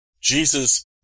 Jesus